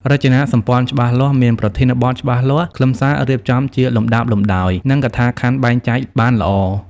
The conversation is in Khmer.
រចនាសម្ព័ន្ធច្បាស់លាស់ មានប្រធានបទច្បាស់លាស់ ខ្លឹមសាររៀបចំជាលំដាប់លំដោយ និងកថាខណ្ឌបែងចែកបានល្អ។